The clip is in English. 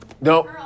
No